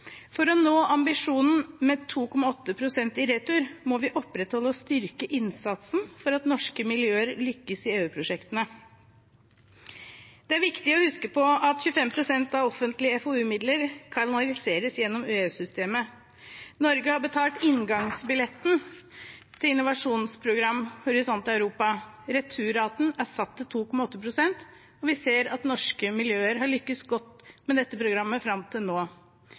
For å nå ambisjonen med 2,8 pst. i retur må vi opprettholde og styrke innsatsen for at norske miljøer lykkes i EU-prosjektene. Det er viktig å huske at 25 pst. av offentlige FoU-midler kanaliseres gjennom EU-systemet. Norge har betalt inngangsbilletten til EUs forsknings- og innovasjonsprogram Horisont Europa. Returraten er satt til 2,8 pst., og vi ser at norske miljøer har lykkes godt i dette programmet fram til nå.